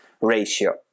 ratio